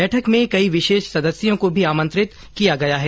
बैठक में कई विशेष सदस्यों को भी आमंत्रित किया गया है